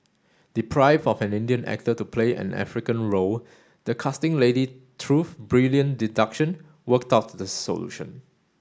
deprived of an Indian actor to play an African role the casting lady through brilliant deduction worked out this solution